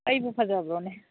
ꯑꯩꯕꯨ ꯐꯖꯕ꯭ꯔꯣꯅꯦ